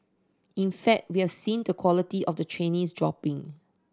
in fact we have seen the quality of the trainees dropping